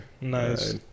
nice